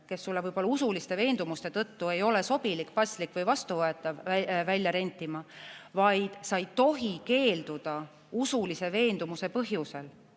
kes sulle võib-olla usuliste veendumuste tõttu ei ole sobilik, paslik või vastuvõetav, välja rentima, vaid sa ei tohi keelduda usulise veendumuse põhjusel.